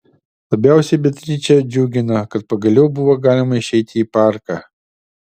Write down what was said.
labiausiai beatričę džiugino kad pagaliau buvo galima išeiti į parką